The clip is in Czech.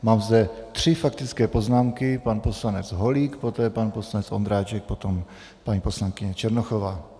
Mám zde tři faktické poznámky pan poslanec Holík, pan poslanec Ondráček, potom paní poslankyně Černochová.